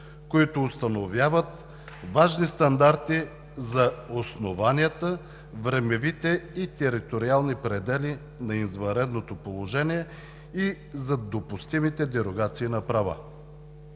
които установяват важни стандарти за основанията, времевите и териториални предели на извънредното положение и за допустимите дерогации на права.